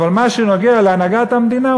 אבל במה שנוגע להנהגת המדינה,